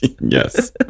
yes